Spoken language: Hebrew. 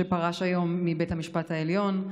שפרש היום מבית המשפט העליון.